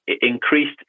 increased